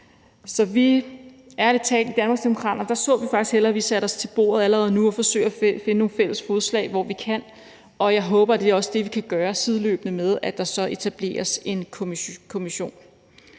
Så, ærlig talt, i Danmarksdemokraterne så vi faktisk hellere, at vi satte os til bordet allerede nu og forsøgte at finde nogle fælles fodslag, hvor det er muligt, og jeg håber, at det også er det, vi kan gøre, sideløbende med at der så etableres en kommission.